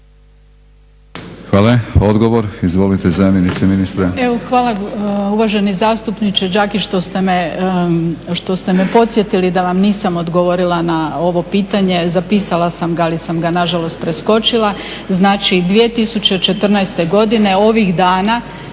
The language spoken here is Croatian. Hvala. Odgovor, izvolite zamjenice ministra. **Tafra, Višnja** Evo hvala uvaženi zastupniče Đakić što ste me podsjetili da vam nisam odgovorila na ovo pitanje. Zapisala sam ga, ali sam ga na žalost preskočila. Znači 2014. godine ovih dana,